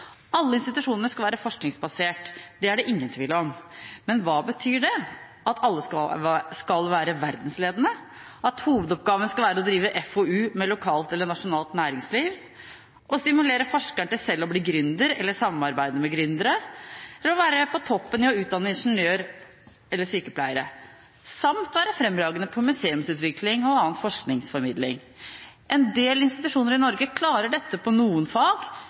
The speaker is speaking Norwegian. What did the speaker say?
Alle institusjonene skal være forskningsbasert – det er det ingen tvil om. Men hva betyr det? At alle skal være verdensledende? At hovedoppgaven skal være å drive FoU med lokalt eller nasjonalt næringsliv? Å stimulere forskeren til selv å bli gründer eller å samarbeide med gründere? Eller å være på toppen i å utdanne ingeniører eller sykepleiere samt være fremragende på museumsutvikling og annen forskningsformidling? En del institusjoner i Norge klarer dette på noen fag,